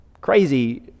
crazy